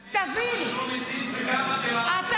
מירב, גם אי-תשלום מיסים זה עבירה פלילית, אז מה?